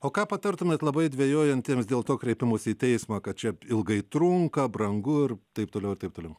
o ką patartumėte labai dvejojantiems dėl to kreipimosi į teismą kad čia ilgai trunka brangu ir taip toliau ir taip toliau